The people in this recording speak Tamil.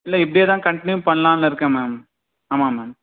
இல்லை இப்படியேதான் கன்ட்டினியூவ் பண்ணலான்னு இருக்கேன் மேம் ஆமாம் மேம்